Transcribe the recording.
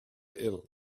ill